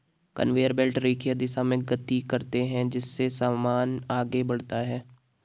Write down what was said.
conveyor belt रेखीय दिशा में गति करते हैं जिससे सामान आगे बढ़ता है